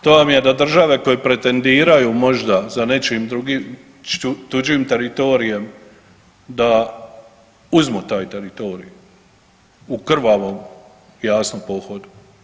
To vam je da države koje pretendiraju možda za nečijim tuđim teritorijem da uzmu taj teritorij u krvavom jasno pohodu.